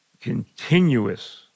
continuous